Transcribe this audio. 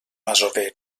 masover